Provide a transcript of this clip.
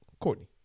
Courtney